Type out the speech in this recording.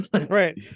right